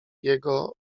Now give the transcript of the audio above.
jego